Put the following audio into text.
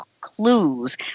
clues